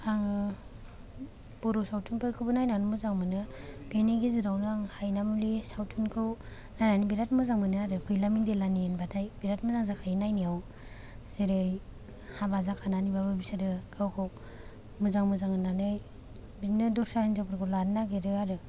आङो बर' सावथुनफोरखौबो नायनानै मोजां मोनो बेनि गेजेरावनो आं हायनामुलि सावथुनखौ नायनानै बिराथ मोजां मोनो आरो फैला मेन्देला होनबाथाय बिराथ मोजां जाखायो नायनायाव जेरै हाबा जाखानानैबाबो बिसोरो गाव गावखौ मोजां मोजां होन्नानै बिदिनो दस्रा हिन्जावफोरखौ लानो नागिरो आरो